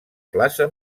plaça